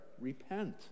repent